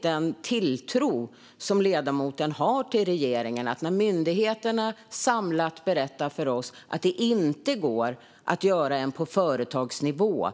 Den tilltro ledamoten har till regeringen är härlig. De samlade myndigheterna berättar för oss att det inte går att göra en analys på företagsnivå.